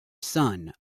son